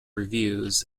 reviews